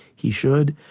he should.